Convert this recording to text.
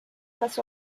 las